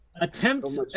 attempt